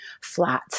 flat